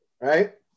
right